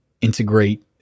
integrate